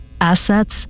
Assets